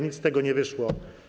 Nic z tego nie wyszło.